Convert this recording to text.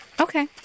Okay